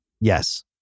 Yes